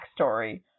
backstory